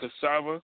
cassava